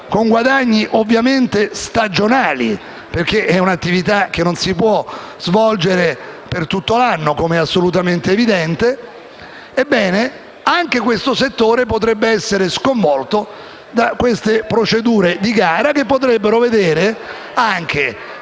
hanno guadagni ovviamente stagionali, trattandosi di un'attività che non si può svolgere tutto l'anno, come è assolutamente evidente. Ebbene, anche questo settore potrebbe essere sconvolto dalle procedure di gara, che potrebbero vedere anche